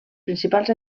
principals